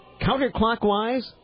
counterclockwise